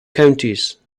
counties